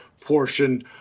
portion